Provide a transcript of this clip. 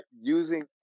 using